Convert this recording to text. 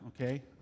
okay